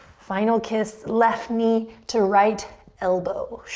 final kiss. left knee to right elbow.